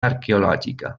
arqueològica